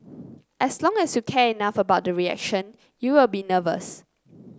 as long as you care enough about the reaction you will be nervous